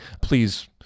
please